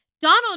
Donald